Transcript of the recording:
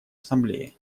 ассамблеи